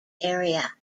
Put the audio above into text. area